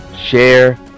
share